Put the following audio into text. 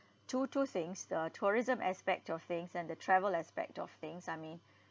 two two things the tourism aspect of things and the travel aspect of things I mean